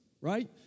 right